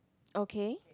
okay